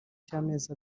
cy’amezi